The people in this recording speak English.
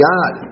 God